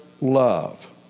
love